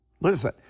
Listen